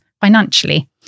financially